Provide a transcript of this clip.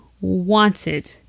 wanted